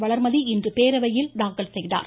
வளர்மதி இன்று பேரவையில் தாக்கல் செய்தார்